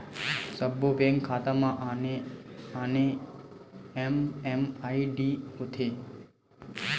सब्बो बेंक खाता म आने आने एम.एम.आई.डी होथे